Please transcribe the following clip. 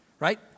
Right